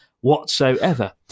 whatsoever